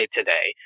Today